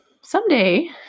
Someday